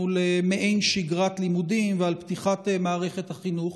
למעין שגרת לימודים ועל פתיחת מערכת החינוך,